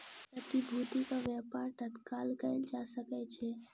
प्रतिभूतिक व्यापार तत्काल कएल जा सकै छै